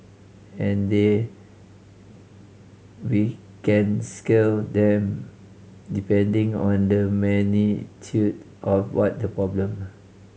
and then we can scale that depending on the magnitude of what the problem